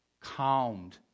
calmed